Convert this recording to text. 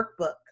Workbook